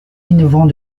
innovant